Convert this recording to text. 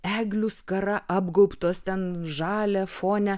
eglių skara apgaubtos ten žalia fone